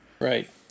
Right